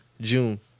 June